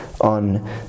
on